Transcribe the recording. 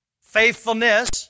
faithfulness